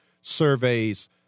surveys